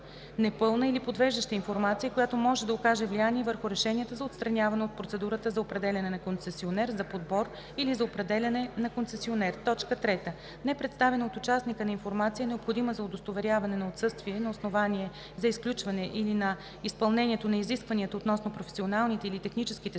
непълна или подвеждаща информация, която може да окаже влияние върху решенията за отстраняване от процедурата за определяне на концесионер, за подбор или за определяне на концесионер; 3. непредставяне от участника на информация, необходима за удостоверяване на отсъствие на основание за изключване или на изпълнението на изискванията относно професионалните или техническите способности,